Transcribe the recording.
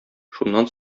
шуннан